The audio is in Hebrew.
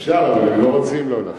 אפשר, אבל הם לא רוצים לא להפריע.